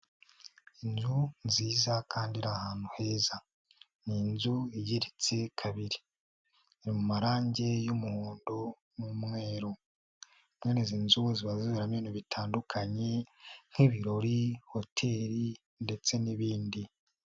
Inzu nziza kandi iri ahantu heza, ni inzu igeretse kabiri, iri mu marangi y'umuhondo n'umweru, mwene izi nzu ziba ziberamo ibintu bitandukanye nk'ibirori, hoteli ndetse n'ibindi.